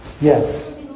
yes